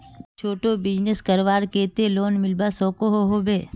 छोटो बिजनेस करवार केते लोन मिलवा सकोहो होबे?